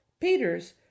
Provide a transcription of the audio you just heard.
Peters